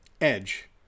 Edge